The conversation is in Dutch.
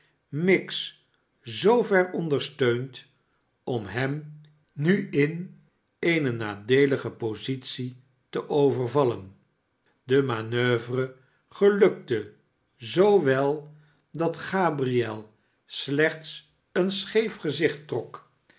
miggs zoover ondersteund om hem nu in eene nadeelige positie te overvallen de manoeuver gelukte zoo wel dat gabriel slechts een scheef gezicht trok